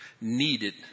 needed